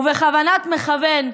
ובכוונת מכוון,